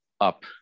up